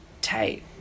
tight